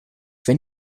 wenn